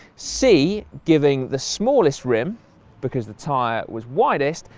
c, giving the smallest rim because the tyre was widest,